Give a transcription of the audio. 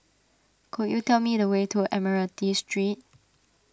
could you tell me the way to Admiralty Street